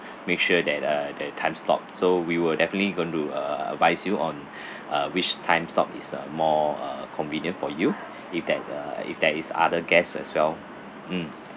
make sure that uh there are time slot so we will definitely going to uh advise you on uh which time slot is uh more uh convenient for you if that uh if there is other guests as well mm